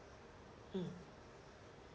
mm